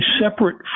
separate